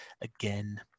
again